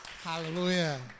Hallelujah